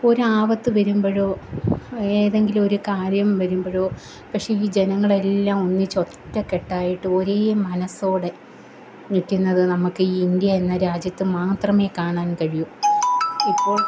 ഒരു ആപത്ത് വരുമ്പോഴോ ഏതെങ്കിലും ഒരു കാര്യം വരുമ്പോഴോ പക്ഷെ ഈ ജനങ്ങളെല്ലാം ഒന്നിച്ച് ഒറ്റക്കെട്ടായിട്ട് ഒരേ മനസ്സോടെ നിൽക്കുന്നത് നമുക്ക് ഈ ഇന്ത്യ എന്ന രാജ്യത്ത് മാത്രമേ കാണാന് കഴിയൂ ഇപ്പോൾ